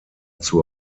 zur